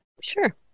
Sure